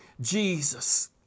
Jesus